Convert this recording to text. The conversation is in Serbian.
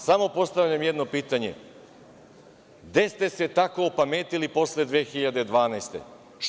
Samo postavljam jedno pitanje – gde ste se tako opametili posle 2012. godine?